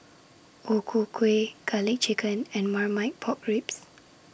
O Ku Kueh Garlic Chicken and Marmite Pork Ribs